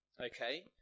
okay